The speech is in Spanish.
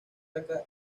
esta